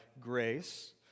grace